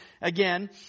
again